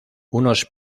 unos